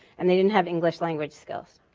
and they didn't have english language skills.